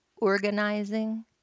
organizing